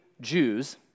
Jews